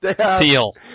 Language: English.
teal